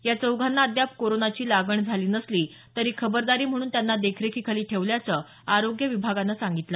या चौघांना अद्याप कोरोनाची लागण झाली नसली तरी खबरदारी म्हणून त्यांना देखरेखीखाली ठेवल्याचं आरोग्य विभागानं सांगितलं